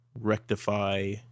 rectify